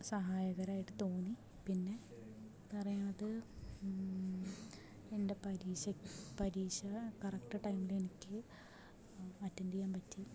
സഹായകരമായിട്ട് തോന്നി പിന്നെ പറയണത് എൻ്റെ പരീക്ഷക്ക് പരീക്ഷ കറക്റ്റ് ടൈമിൽ എനിക്ക് അറ്റൻഡ് ചെയ്യാൻ പറ്റി